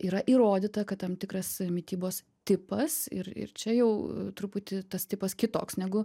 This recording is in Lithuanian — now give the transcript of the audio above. yra įrodyta kad tam tikras mitybos tipas ir ir čia jau truputį tas tipas kitoks negu